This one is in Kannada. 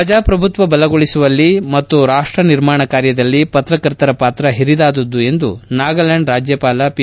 ಪ್ರಜಾಪ್ರಭುತ್ವ ಬಲಗೊಳಸುವಲ್ಲಿ ಮತ್ತು ರಾಷ್ಟ ನಿರ್ಮಾಣ ಕಾರ್ಯದಲ್ಲಿ ಪತ್ರಕರ್ತರ ಪಾತ್ರ ಹಿರಿದಾದದ್ದು ಎಂದು ನಾಗಾಲ್ವಾಂಡ್ ರಾಜ್ಯಪಾಲ ಪಿ